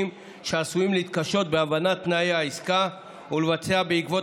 שעשויים להתקשות בהבנת תנאי העסקה ולבצע בעקבות